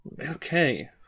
Okay